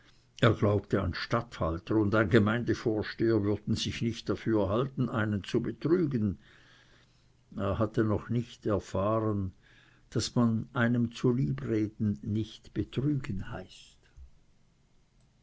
er glaubte ein statthalter und ein gemeindevorsteher würden sich nicht dafür halten jemand zu betrügen er hatte noch nicht erfahren daß man einem zuliebreden nicht betrügen heißt